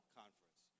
conference